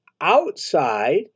outside